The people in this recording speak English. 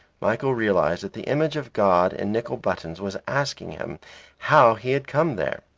michael realized that the image of god in nickel buttons was asking him how he had come there.